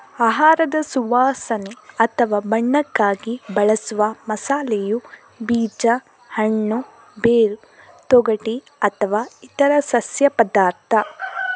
ಆಹಾರದ ಸುವಾಸನೆ ಅಥವಾ ಬಣ್ಣಕ್ಕಾಗಿ ಬಳಸುವ ಮಸಾಲೆಯು ಬೀಜ, ಹಣ್ಣು, ಬೇರು, ತೊಗಟೆ ಅಥವಾ ಇತರ ಸಸ್ಯ ಪದಾರ್ಥ